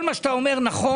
כל מה שאתה אומר נכון.